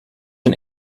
een